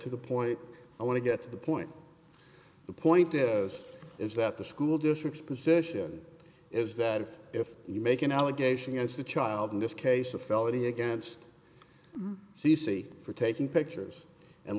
to the point i want to get to the point the point is that the school districts position is that if if you make an allegation against a child in this case a felony against c c for taking pictures and